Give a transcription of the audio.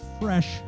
fresh